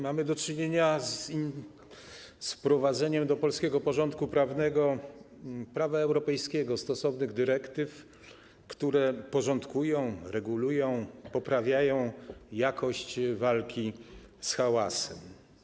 Mamy do czynienia z wprowadzeniem do polskiego porządku prawnego prawa europejskiego, stosowanych dyrektyw, które porządkują, regulują, poprawiają jakość walki z hałasem.